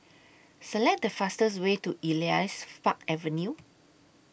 Select The fastest Way to Elias Fark Avenue